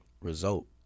result